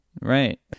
right